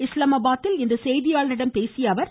இஸ்லாமாபாதில் இன்று செய்தியாளர்களிடம் பேசிய அவர்